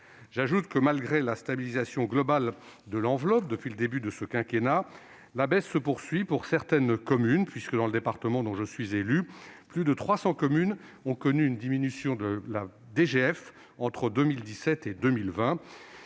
J'ajoute que, malgré une stabilisation globale de l'enveloppe depuis le début de ce quinquennat, la baisse se poursuit pour certaines communes, puisque, dans le département dont je suis élu, plus de 300 communes ont connu une diminution de DGF entre 2017 et 2020.